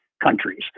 countries